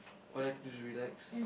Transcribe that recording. What I like to do to relax